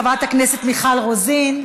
חברת הכנסת מיכל רוזין,